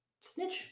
snitch